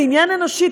זה עניין אנושי,